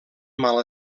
mal